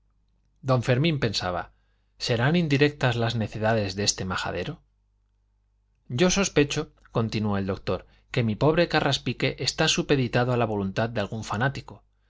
don fermín pensaba serán indirectas las necedades de este majadero yo sospecho continuó el doctor que mi pobre carraspique está supeditado a la voluntad de algún fanático